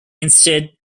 instead